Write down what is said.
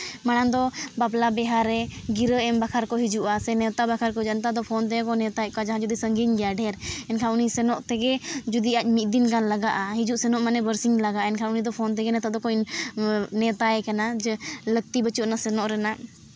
ᱢᱟᱲᱟᱝ ᱫᱚ ᱵᱟᱯᱞᱟ ᱵᱤᱦᱟᱹ ᱨᱮ ᱜᱤᱨᱟᱹ ᱮᱢ ᱵᱟᱠᱷᱨᱟ ᱠᱚ ᱦᱤᱡᱩᱜᱼᱟ ᱥᱮ ᱱᱮᱶᱛᱟ ᱵᱟᱠᱷᱨᱟ ᱠᱚ ᱦᱤᱡᱩᱜᱼᱟ ᱱᱮᱛᱟᱨ ᱫᱚ ᱯᱷᱚᱱ ᱛᱮᱜᱮ ᱠᱚ ᱱᱮᱶᱛᱟᱭᱮᱫ ᱠᱚᱣᱟ ᱡᱟᱦᱟᱸᱭ ᱡᱩᱫᱤ ᱥᱟᱺᱜᱤᱧ ᱜᱮᱭᱟᱭ ᱰᱷᱮᱨ ᱮᱱᱠᱷᱟᱱ ᱩᱱᱤ ᱥᱮᱱᱚᱜ ᱛᱮᱜᱮ ᱡᱩᱫᱤ ᱟᱡ ᱢᱤᱫ ᱫᱤᱱ ᱜᱟᱱ ᱞᱟᱜᱟᱜᱼᱟ ᱦᱤᱡᱩᱜ ᱥᱮᱱᱚᱜ ᱢᱟᱱᱮ ᱵᱟᱨᱥᱤᱧ ᱜᱟᱱ ᱞᱟᱜᱟᱜᱼᱟ ᱮᱱᱠᱷᱟᱱ ᱩᱱᱤ ᱫᱚ ᱯᱷᱳᱱ ᱛᱮᱜᱮ ᱱᱮᱛᱟᱨ ᱫᱚᱠᱚ ᱱᱮᱶᱛᱟᱭᱮ ᱠᱟᱱᱟ ᱡᱮ ᱞᱟᱹᱠᱛᱤ ᱵᱟᱹᱪᱩᱜᱼᱟᱱᱟ ᱥᱮᱱᱚᱜ ᱨᱮᱱᱟᱜ